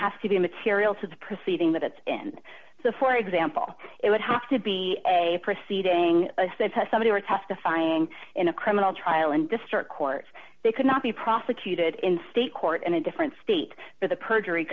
has to be immaterial to the proceeding that it's in so for example it would have to be a proceeding to somebody or testifying in a criminal trial and district court they could not be prosecuted in state court in a different state for the perjury